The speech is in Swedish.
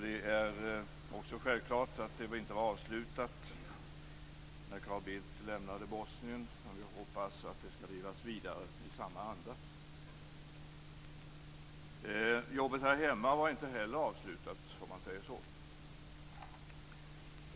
Det är också självklart att det inte var avslutat när Carl Bildt lämnade Bosnien, men vi hoppas att det skall drivas vidare i samma anda. Jobbet här hemma var inte heller avslutat, om man säger så.